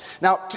Now